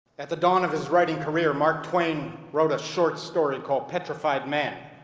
at the dawn of his writing career, mark twain wrote a short story called petrified man.